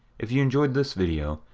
if you enjoyed this video,